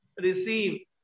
receive